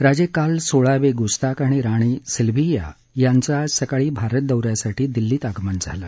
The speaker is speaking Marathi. राजे कार्ल सोळावे गुस्ताफ आणि राणी सिल्व्हिया यांचं आज सकाळी भारत दौऱ्यासाठी दिल्लीत आगमन झालं